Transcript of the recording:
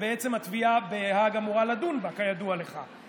שבעצם התביעה בהאג אמורה להידון בו, כידוע לך.